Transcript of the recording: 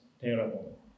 terrible